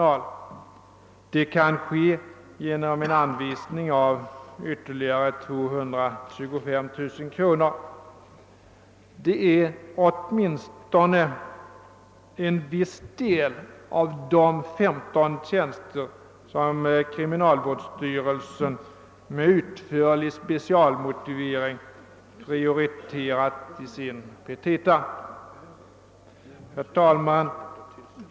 Det önskemålet kan förverkligas genom en anvisning av ytterligare 225 000 kr. Detta är åtminstone en viss del av de 15 tjänster som kriminalvårdsstyrelsen med utförlig specialmotivering prioterat i sina petita. Herr talman!